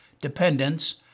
dependence